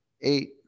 Eight